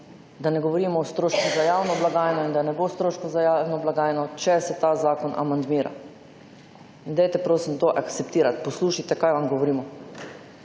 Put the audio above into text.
da ne govorimo o strošku za javno blagajno, in da ne bo stroškov za javno blagajno, če se ta zakon amandmira in dajte prosim to ekceptirati, poslušajte kaj vam govorimo.